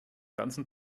ganzen